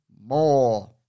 more